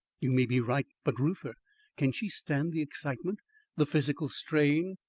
you may be right. but reuther? can she stand the excitement the physical strain?